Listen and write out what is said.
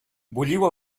bulliu